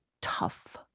tough